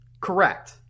Correct